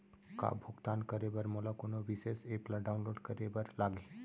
का भुगतान करे बर मोला कोनो विशेष एप ला डाऊनलोड करे बर लागही